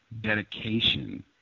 dedication